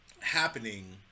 happening